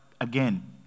again